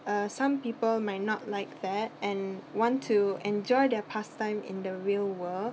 uh some people might not like that and want to enjoy their pastime in the real world